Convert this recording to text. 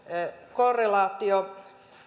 korrelaatio